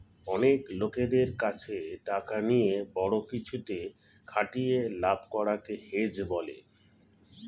অনেক লোকদের কাছে টাকা নিয়ে বড়ো কিছুতে খাটিয়ে লাভ করা কে হেজ বলে